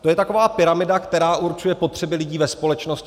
To je taková pyramida, která určuje potřeby lidí ve společnosti.